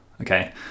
okay